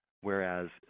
Whereas